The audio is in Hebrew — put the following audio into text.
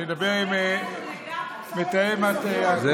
אני אדבר עם מתאם הקואליציה.